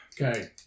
Okay